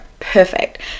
Perfect